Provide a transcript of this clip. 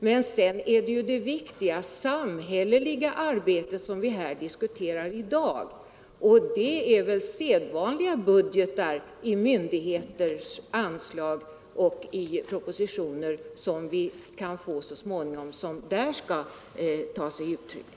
Men sedan är det ju det sedvanliga samhälleliga arbetet som skall följa efter opinionsbildningen som vi också diskuterar här i dag, och för detta måste det finnas medel på olika budgeter och anslag till myndigheter etc.